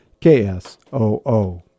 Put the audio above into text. KSOO